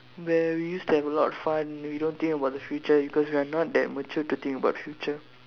where we used to have a lot of fun we don't think about the future because we are not that mature to think about the future